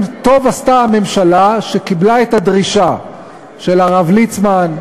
טוב עשתה הממשלה שקיבלה את הדרישה של הרב ליצמן,